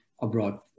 abroad